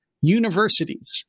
universities